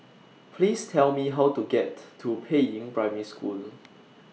Please Tell Me How to get to Peiying Primary School